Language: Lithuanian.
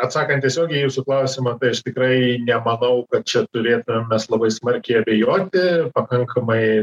atsakant tiesiogiai jūsų klausimą tai aš tikrai nemanau kad čia turėtumėm mes labai smarkiai abejoti pakankamai